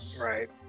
Right